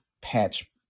patch